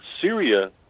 Syria